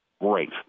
great